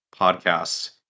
podcasts